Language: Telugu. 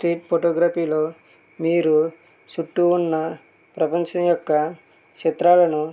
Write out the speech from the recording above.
స్ట్రీట్ ఫోటోగ్రఫీలో మీరు చుట్టూ ఉన్న ప్రపంచం యొక్క చిత్రాలను